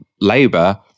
Labour